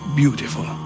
beautiful